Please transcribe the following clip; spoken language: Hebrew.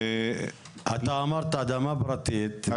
אתה אמרת אדמה פרטית,